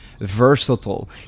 versatile